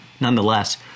Nonetheless